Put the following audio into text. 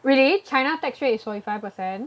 really China tax rate is forty five percent